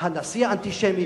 "הנשיא האנטישמי".